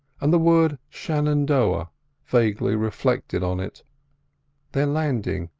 and the word shenandoah vaguely reflected on it their landing,